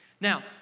Now